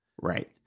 Right